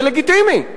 זה לגיטימי,